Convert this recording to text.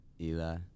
Eli